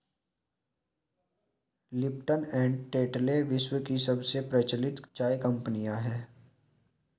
Lipton and Tetley विश्व की सबसे प्रचलित चाय कंपनियां है